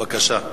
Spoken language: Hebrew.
בבקשה.